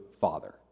father